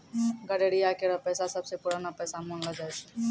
गड़ेरिया केरो पेशा सबसें पुरानो पेशा मानलो जाय छै